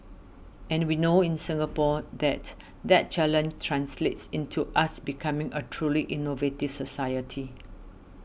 and we know in Singapore that that challenge translates into us becoming a truly innovative society